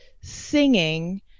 singing